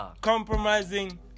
compromising